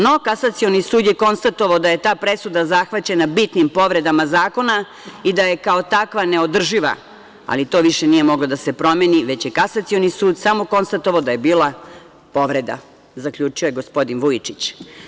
No, Kasacioni sud je konstatovao da je ta presuda zahvaćena bitnim povredama zakona i da je kao takva neodrživa, ali to više nije moglo da se promeni, već je Kasacioni sud samo konstatovao da je bila povreda, zaključio je gospodin Vujičić.